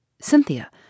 Cynthia